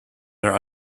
their